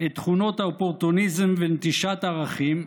את תכונות האופורטוניזם ונטישת הערכים,